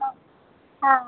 हाँ हाँ